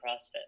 CrossFit